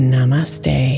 Namaste